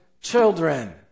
children